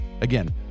Again